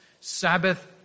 Sabbath